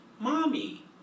Mommy